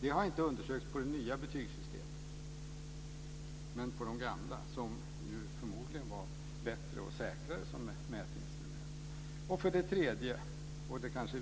Detta har inte undersökts för det nya betygssystemet, men på de gamla - som förmodligen var bättre och säkrare som mätinstrument. För det tredje och viktigaste